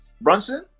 Brunson